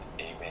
Amen